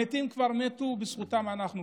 המתים כבר מתו, ובזכותם אנחנו פה,